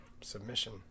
submission